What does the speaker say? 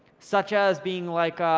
such as being like,